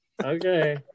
Okay